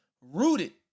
rooted